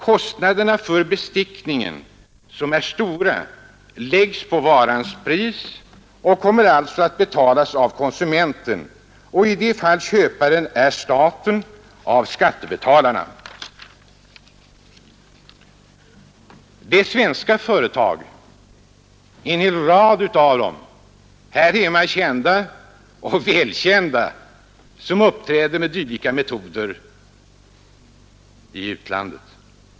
Kostnaderna för bestickningen, som är stora, läggs på varans pris och kommer alltså att betalas av konsumenten och, i de fall köparen är staten, av skattebetalarna.” Det är svenska företag, en hel rad av dem är härhemma kända och välkända, som uppträder med dylika metoder i utlandet.